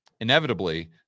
inevitably